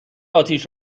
اتیش